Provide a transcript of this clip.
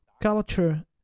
culture